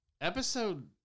Episode